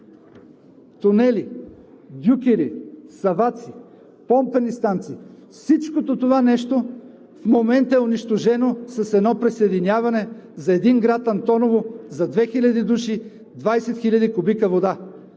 тунели, дюкери, саваци, помпени станции – всичкото това нещо в момента е унищожено с едно присъединяване за един град – Антоново, за 2000 души – 20 хил. куб. вода.